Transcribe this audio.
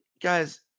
guys